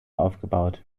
aufgebaut